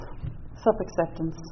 self-acceptance